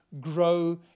grow